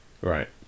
Right